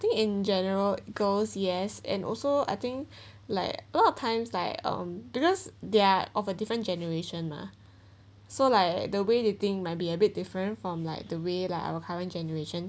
I think in general goals yes and also I think like a lot of times like um because they're of a different generation mah so like the way they think might be a bit different from like the way lah our current generation